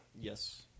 Yes